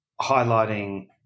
highlighting